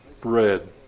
bread